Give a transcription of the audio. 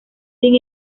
sin